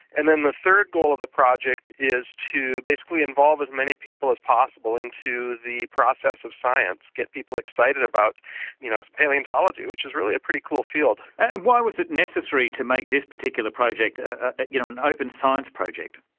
and then the third goal of the project is to basically involve as many people as possible into the process of science. get people excited about you know palaeontology, which is really a pretty cool field. and why was it necessary to make this particular project ah you know an open science project?